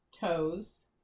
toes